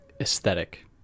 aesthetic